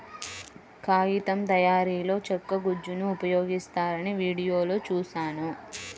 కాగితం తయారీలో చెక్క గుజ్జును ఉపయోగిస్తారని వీడియోలో చూశాను